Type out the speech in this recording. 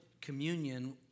communion